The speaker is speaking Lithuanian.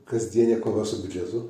kasdienė kova su biudžetu